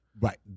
Right